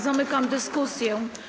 Zamykam dyskusję.